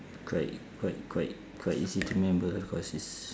quite quite quite quite easy to remember because it's